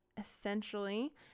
essentially